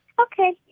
Okay